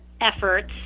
efforts